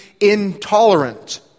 intolerant